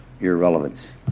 irrelevance